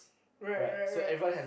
right right right